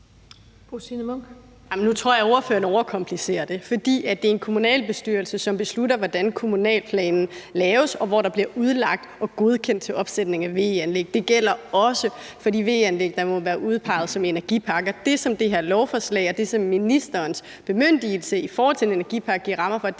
Nu tror jeg, at ordføreren overkomplicerer det, for det er en kommunalbestyrelse, som beslutter, hvordan kommunalplanen laves, og hvor der bliver udlagt og godkendt til opsætning af VE-anlæg. Det gælder også for de VE-anlæg, der må være udpeget som energiparker. Det, som det her lovforslag, og det, som ministerens bemyndigelse i forhold til en energipark, giver rammer for,